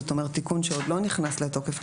זאת אומרת תיקון שעוד לא נכנס לתוקף,